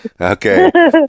okay